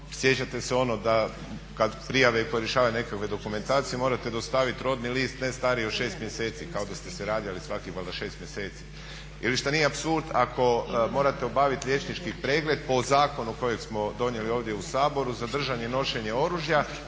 sjećate se ono da kada prijave … nekakve dokumentacije morate dostaviti rodni list ne stariji od 6 mjeseci kao da ste se rađali valjda svakih 6 mjeseci ili šta nije apsurd ako morate obaviti liječnički pregled po zakonu kojeg smo donijeli ovdje u Saboru za držanje i nošenje oružja,